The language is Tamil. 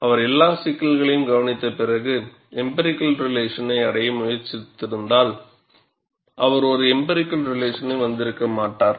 அவர் எல்லா சிக்கல்களையும் கவனித்த பிறகு எம்பிரிக்கல் ரிலேஷனை அடைய முயற்சித்திருந்தால் அவர் ஒரு எம்பிரிக்கல் ரிலேஷன் வந்திருக்க மாட்டார்